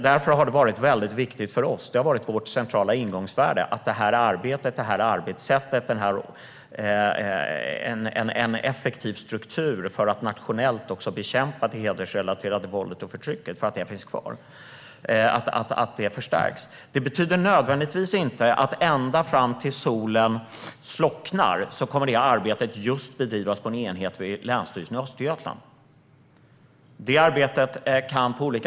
Därför har det varit väldigt viktigt för oss - det har varit vårt centrala ingångsvärde - att detta arbete, arbetssättet och den effektiva strukturen för att nationellt också bekämpa det hedersrelaterade våldet och förtrycket ska finnas kvar och också förstärkas. Det betyder inte nödvändigtvis att arbetet kommer att bedrivas just på en enhet vid Länsstyrelsen i Östergötland ända fram tills solen slocknar.